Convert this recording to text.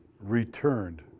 returned